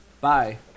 bye